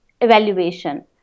evaluation